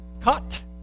cut